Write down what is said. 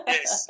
Yes